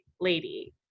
lady